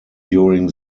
during